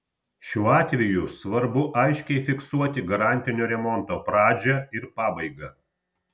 šiuo atveju svarbu aiškiai fiksuoti garantinio remonto pradžią ir pabaigą